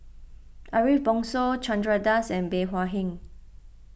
Ariff Bongso Chandra Das and Bey Hua Heng